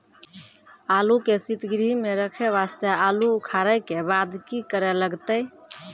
आलू के सीतगृह मे रखे वास्ते आलू उखारे के बाद की करे लगतै?